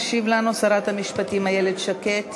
אנחנו עוברים להצעת החוק הבאה: הצעת חוק ההוצאה לפועל (תיקון,